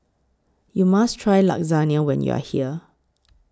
YOU must Try Lasagna when YOU Are here